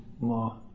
more